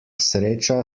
sreča